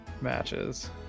matches